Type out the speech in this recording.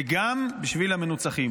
וגם בשביל המנוצחים.